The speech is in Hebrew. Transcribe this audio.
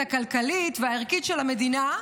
הכלכלית והערכית של המדינה,